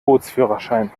bootsführerschein